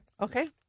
Okay